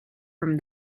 from